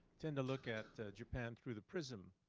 tend to look at japan through the prism,